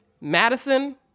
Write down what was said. Madison